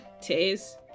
tears